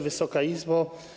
Wysoka Izbo!